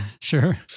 Sure